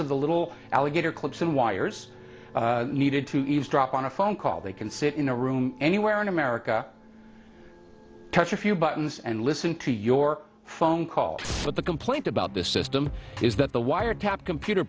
of the little alligator clips and wires needed to eavesdrop on a phone call they can sit in a room anywhere in america touch a few buttons and listen to your phone call but the complaint about this system is that the wiretap computer